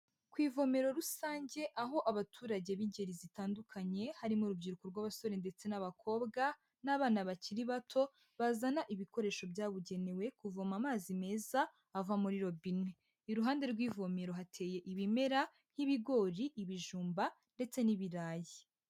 Ku ivomero rusange aho abaturage b'ingeri zitandukanye, harimo urubyiruko rw'abasore ndetse n'abakobwa, n'abana bakiri bato, bazana ibikoresho byabugenewe kuvoma amazi meza ava muri robine. Iruhande rw'ivomero hateye ibimera: nk'ibigori, ibijumba ndetse n'ibirayi.